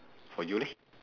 for you leh